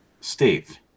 Steve